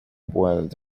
world